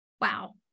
Wow